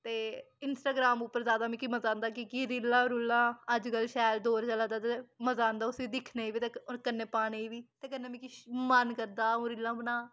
ते इंस्टाग्राम उप्पर ज्यादा मिकी मजा आंदा कि की रीलां रुलां अज्जकल शैल दौर चला दा ते मजा आंदा उसी दिक्खने बी ते कन्नै पाने बी ते कन्नै मिकी मन करदा अ'ऊं रीलां बनां